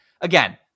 again